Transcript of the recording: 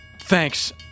thanks